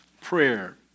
prayer